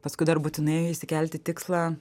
paskui dar būtinai išsikelti tikslą